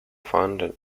founded